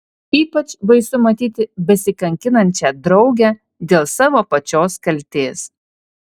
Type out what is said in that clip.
ypač baisu matyti besikankinančią draugę dėl savo pačios kaltės